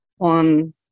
on